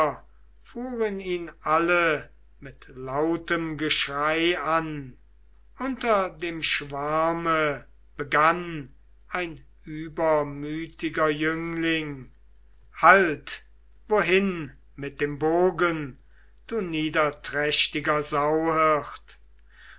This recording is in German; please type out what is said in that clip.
alle mit lautem geschrei an unter dem schwarme begann ein übermütiger jüngling halt wohin mit dem bogen du niederträchtiger